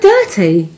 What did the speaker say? Dirty